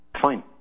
Fine